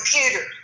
computer